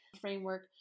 framework